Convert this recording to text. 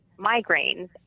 migraines